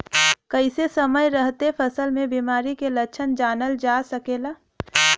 कइसे समय रहते फसल में बिमारी के लक्षण जानल जा सकेला?